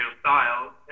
style